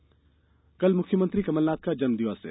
नाथ जन्मदिन कल मुख्यमंत्री कमलनाथ का जन्म दिवस है